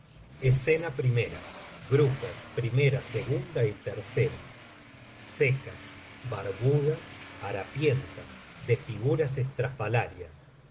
escena primera brujas i y secas barbudas harapientas de figuras estrafalarias